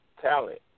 Talent